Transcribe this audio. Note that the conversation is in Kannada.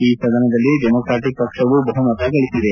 ಈ ಸದನದಲ್ಲಿ ಡೆಮೊಕ್ರಾಟಿಕ್ ಪಕ್ಷವು ಬಹುಮತ ಗಳಿಸಿದೆ